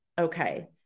Okay